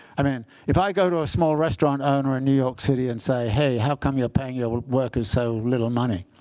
i mean, if i go to a small restaurant owner in new york city and say, hey, how come you're paying yeah your workers so little money?